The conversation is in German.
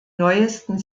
neuesten